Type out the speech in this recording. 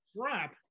crap